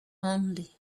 only